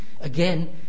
Again